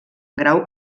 grau